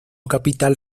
capital